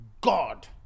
god